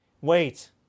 Wait